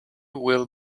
will